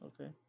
okay